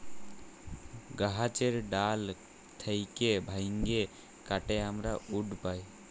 গাহাচের ডাল থ্যাইকে ভাইঙে কাটে আমরা উড পায়